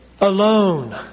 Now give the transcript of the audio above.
alone